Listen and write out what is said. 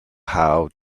how